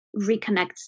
reconnects